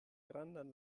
grandan